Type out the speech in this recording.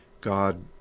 God